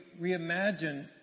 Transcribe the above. reimagined